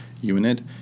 unit